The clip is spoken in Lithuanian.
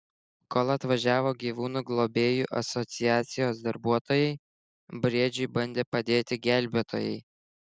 kol atvažiavo gyvūnų globėjų asociacijos darbuotojai briedžiui bandė padėti gelbėtojai